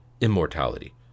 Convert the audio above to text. immortality